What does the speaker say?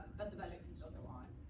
but the budget go and so go on.